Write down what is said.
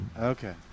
okay